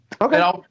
okay